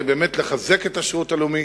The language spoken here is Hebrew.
לחזק את השירות הלאומי.